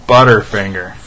Butterfinger